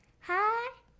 Hi